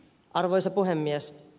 arvoisa puhemies